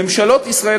ממשלות ישראל,